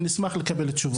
ונשמח לקבל תשובות.